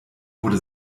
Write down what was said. wurde